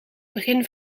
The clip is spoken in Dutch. begin